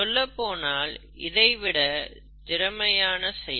சொல்லப்போனால் இதைவிட திறமையான செயல்